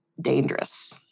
dangerous